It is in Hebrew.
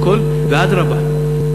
ואדרבה,